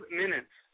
minutes